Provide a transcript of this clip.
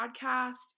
podcast